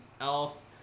else